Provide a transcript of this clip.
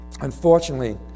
Unfortunately